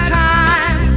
time